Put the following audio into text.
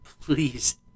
please